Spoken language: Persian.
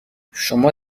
شما